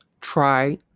try